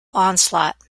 onslaught